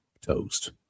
toast